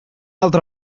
altra